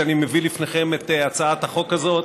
שאני מביא לפניכם את הצעת החוק הזאת.